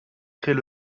créent